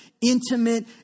Intimate